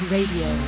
Radio